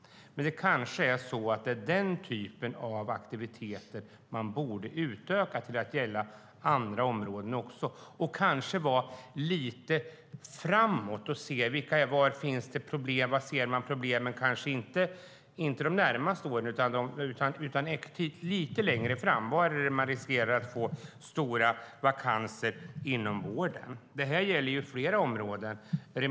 Man borde kanske utöka den typen av aktiviteter till att gälla andra områden också. Man borde kanske vara lite framåt och se vilka problem som kommer lite längre fram i tiden. Var riskerar man att få stora vakanser inom vården? Det gäller fler områden.